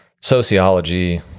sociology